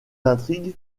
intrigue